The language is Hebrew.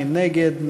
מי נגד?